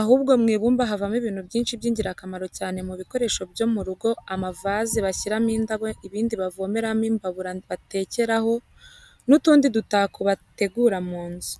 ahubwo mwibumba havamo ibintu byinshi byingirakamaro cyane mubikoresho byumurugo amavaze bashyiramo indabo ibindi bavomeramo imbabura batekeraho n,utundi dutako bategura munzu.